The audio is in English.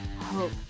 hope